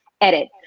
edit